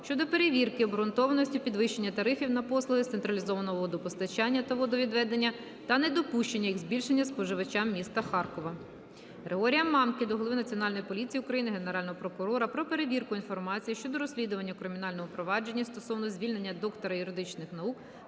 щодо перевірки обґрунтованості підвищення тарифів на послуги з централізованого водопостачання та водовідведення та недопущення їх збільшення споживачам міста Харкова. Григорія Мамки до голови Національної поліції України, Генерального прокурора про перевірку інформації щодо розслідування у кримінальному проваджені стосовно звільнення доктора юридичних наук,